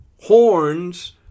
Horns